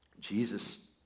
Jesus